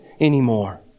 anymore